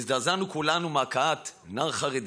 הזדעזענו כולנו מהכאת נער חרדי